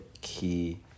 key